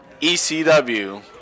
ECW